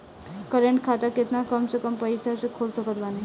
Current खाता केतना कम से कम पईसा से खोल सकत बानी?